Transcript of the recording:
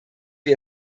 wir